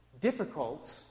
difficult